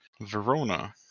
Verona